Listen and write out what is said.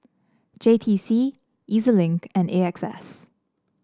J T C E Z Link and A X S